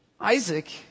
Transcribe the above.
Isaac